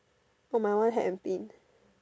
oh my one hat and pin